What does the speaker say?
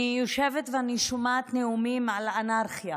אני יושבת ואני שומעת נאומים על אנרכיה